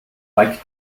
black